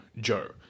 joe